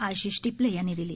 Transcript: आशिषटिपलेयांनीदिली